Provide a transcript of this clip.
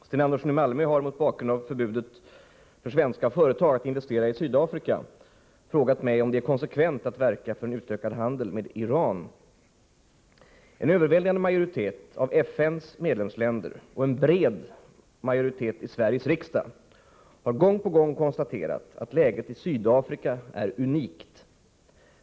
Herr talman! Sten Andersson i Malmö har, mot bakgrund av förbudet för svenska företag att investera i Sydafrika, frågat mig om det är konsekvent att verka för en utökad handel med Iran. En överväldigande majoritet av FN:s medlemsländer och en bred majoritet i Sveriges riksdag har gång på gång konstaterat att läget i Sydafrika är unikt.